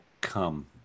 come